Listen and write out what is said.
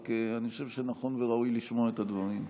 רק אני חושב שנכון וראוי לשמוע את הדברים.